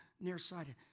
nearsighted